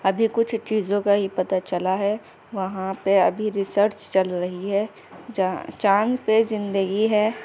ابھی کچھ چیزوں کا ہی پتا چلا ہے وہاں پہ ابھی ریسرچ چل رہی ہے جا چاند پہ زندگی ہے